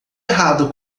errado